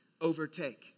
overtake